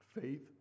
faith